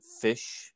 fish